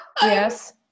Yes